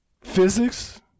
physics